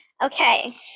Okay